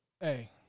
Hey